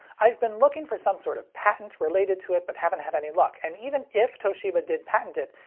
i've been looking for some sort of patent related to it but haven't had any luck, and even if toshiba did patent it,